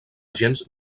gens